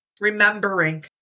Remembering